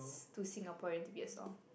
it's too Singaporean to be a song